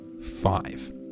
Five